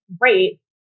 great